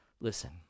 Listen